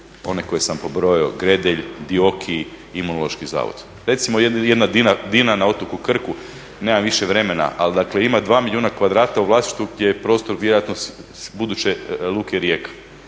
one koje sam pobrojao: Gredelj, Dioki, Imunološki zavod. Recimo jedna Dina na otoku Krku, nemam više vremena, ali dakle ima 2 milijuna kvadrata u vlasništvu gdje je prostor vjerojatno buduće Luke Rijeka,